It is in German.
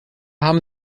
haben